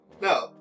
No